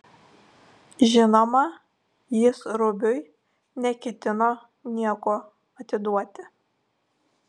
žinoma jis rubiui neketino nieko atiduoti